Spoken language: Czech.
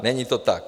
Není to tak.